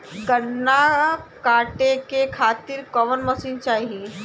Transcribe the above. गन्ना कांटेके खातीर कवन मशीन चाही?